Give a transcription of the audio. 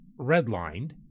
redlined